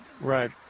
right